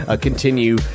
continue